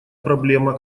проблема